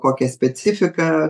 kokia specifika